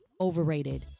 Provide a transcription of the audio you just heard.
overrated